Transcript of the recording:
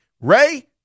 Ray